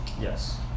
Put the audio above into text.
Yes